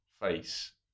face